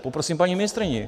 Tak poprosím paní ministryni.